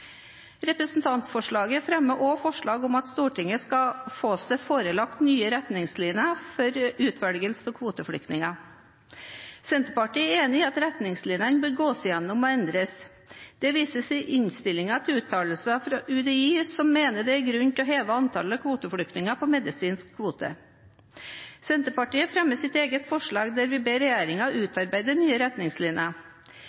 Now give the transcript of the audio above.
Representantforslaget fremmer også forslag om at Stortinget skal få seg forelagt nye retningslinjer for utvelgelse av kvoteflyktninger. Senterpartiet er enig i at retningslinjene bør gås gjennom og endres. Det vises i innstillingen til uttalelser fra UDI, som mener det er grunn til å heve antallet kvoteflyktninger på medisinsk kvote. Senterpartiet fremmer sitt eget forslag der vi ber